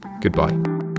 goodbye